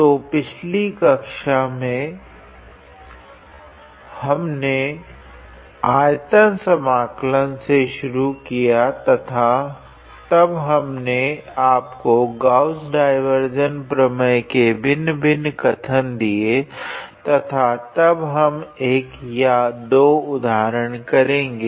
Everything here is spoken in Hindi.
तो पिछली कक्षा में हमने आयतन समाकलन से शुरू किया तथा तब हमने आपको गॉस डाइवार्जेंस प्रमेय के भिन्न भिन्न कथन दिए तथा तब हम एक या दो उदाहरण करेगे